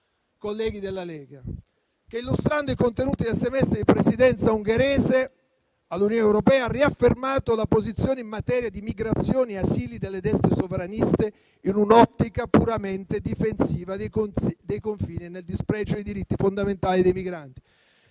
colleghi della Lega - che, illustrando i contenuti del semestre di Presidenza ungherese all'Unione europea, ha riaffermato la posizione in materia di migrazioni e asilo delle destre sovraniste, in un'ottica puramente difensiva dei confini, nel dispregio dei diritti fondamentali dei migranti.